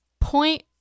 point